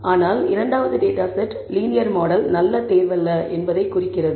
ஆனால் இரண்டாவது data set linear model நல்ல தேர்வல்ல என்பதைக் குறிக்கிறது